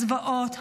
הזוועות,